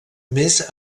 més